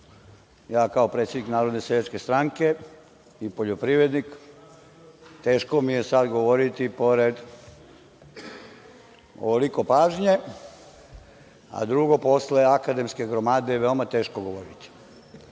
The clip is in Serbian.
ja kao predsednik Narodne seljačke stranke i poljoprivrednik, teško mi je sada da govorim pored ovoliko pažnje, a drugo posle akademske gromade veoma je teško govoriti. Ovde